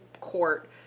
Court